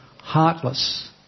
heartless